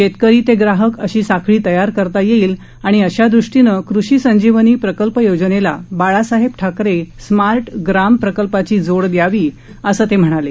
शेतकरी ते ग्राहक अशी साखळी तयार करता येईल वअशा दृष्टीनं कृषी संजीवनी प्रकल्प योजनेला बाळासाहेब ठाकरे स्मार्ट ग्राम प्रकल्पाची जोड द्यावी असं ते म्हणाले